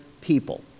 people